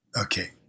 Okay